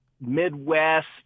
Midwest